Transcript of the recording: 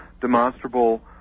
demonstrable